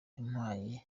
yampaye